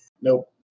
Nope